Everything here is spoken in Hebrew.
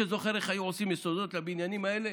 מישהו זוכר איך היו עושים יסודות לבניינים האלה?